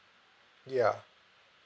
ya